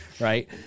right